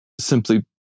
simply